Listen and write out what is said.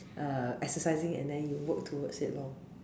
uh exercising it then you work towards it loh